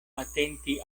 atenti